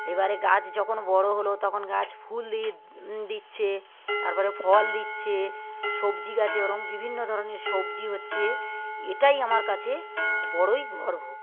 এবারে গাছ যখন বড় হল তখন গাছ ফুল দিচ্ছে তার পরে ফল দিচ্ছে সবজি গাছে ওরকম বিভিন্ন ধরনের সবজি হচ্ছে এটাই আমার কাছে খুব বড়ই গর্ব